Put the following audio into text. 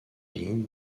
lignes